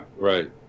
right